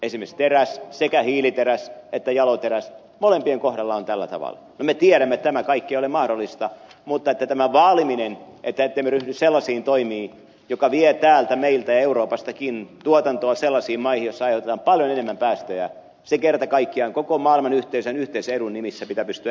esimerkiksi teräksen sekä hiiliteräksen että jaloteräksen molempien kohdalla on tällä tavalla ja me tiedämme että tämä kaikki ei ole mahdollista mutta tämän vaalimista ettemme ryhdy sellaisiin toimiin jotka vievät täältä meiltä ja euroopastakin tuotantoa sellaisiin maihin joissa aiheutetaan paljon enemmän päästöjä kerta kaikkiaan koko maailman yhteisen edun nimissä pitää pystyä edistämään